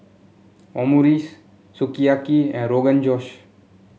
Omurice Sukiyaki and Rogan Josh